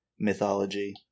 mythology